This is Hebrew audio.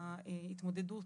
ההתמודדות